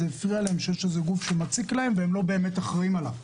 זה הפריע להם שיש איזשהו גוף שמציק להם והם לא באמת אחראים עליו.